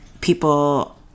people